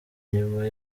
nyuma